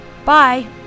Bye